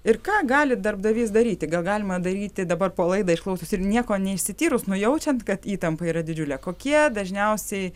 ir ką gali darbdavys daryti gal galima daryti dabar po laidą išklausius ir nieko neišsityrus nujaučiant kad įtampa yra didžiulė kokie dažniausiai